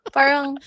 Parang